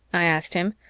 i asked him.